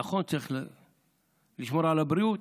נכון, צריך לשמור על הבריאות,